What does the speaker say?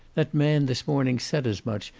that man this morning said as much,